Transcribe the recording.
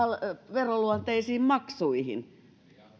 veroluonteisiin maksuihin